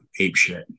apeshit